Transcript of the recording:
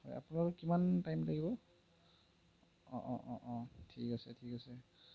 এই আপোনাৰ আৰু কিমান টাইম লাগিব অঁ অঁ অঁ অঁ ঠিক আছে ঠিক আছে